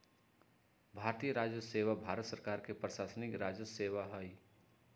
भारतीय राजस्व सेवा भारत सरकार के प्रशासनिक राजस्व सेवा हइ